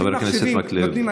חבר הכנסת מקלב, אדוני.